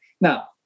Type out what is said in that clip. Now